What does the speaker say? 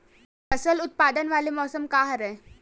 फसल उत्पादन वाले मौसम का हरे?